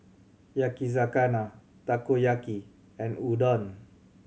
Yakizakana Takoyaki and Udon